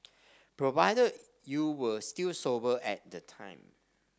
provided you were still sober at the time